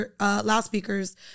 Loudspeakers